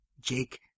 Jake